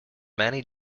many